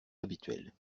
habituel